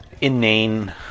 inane